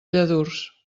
lladurs